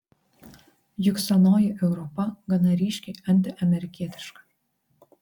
juk senoji europa gana ryškiai antiamerikietiška